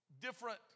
different